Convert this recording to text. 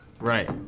Right